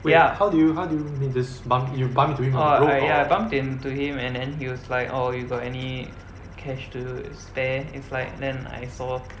ya orh I ya I bumped into him and and then he was like oh you got any cash to spare is like then I saw